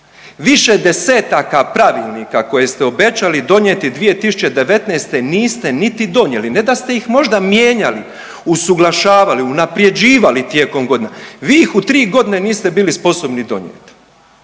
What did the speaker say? Više desetaka pravilnika koje ste obećali donijeti 2019. niste niti donijeli, ne da ste ih možda mijenjali, usuglašavali, unapređivali tijekom godina, vi ih u 3 godine niste bili sposobni donijeti.